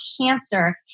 cancer